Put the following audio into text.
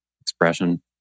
expression